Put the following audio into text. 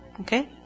okay